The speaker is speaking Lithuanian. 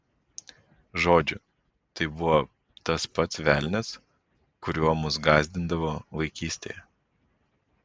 žodžiu tai buvo tas pats velnias kuriuo mus gąsdindavo vaikystėje